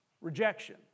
Rejection